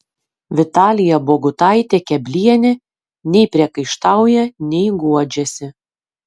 vitalija bogutaitė keblienė nei priekaištauja nei guodžiasi